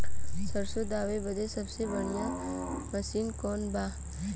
सरसों दावे बदे सबसे बढ़ियां मसिन कवन बा?